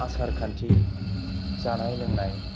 आसार खान्थि जानाय लोंनाय